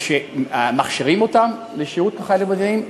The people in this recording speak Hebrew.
שמכשירים אותם לשירות כחיילים בודדים,